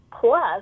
Plus